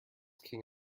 king